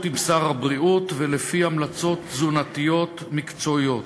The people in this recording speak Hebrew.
עם שר הבריאות ולפי המלצות תזונתיות מקצועיות.